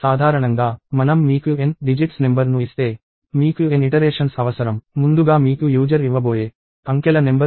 సాధారణంగా మనం మీకు n డిజిట్స్ నెంబర్ ను ఇస్తే మీకు n ఇటరేషన్స్ అవసరం ముందుగా మీకు యూజర్ ఇవ్వబోయే అంకెల నెంబర్ తెలియదు